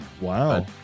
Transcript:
Wow